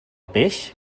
peix